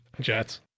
Jets